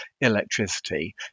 electricity